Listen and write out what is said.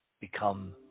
become